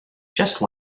just